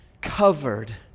covered